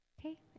Okay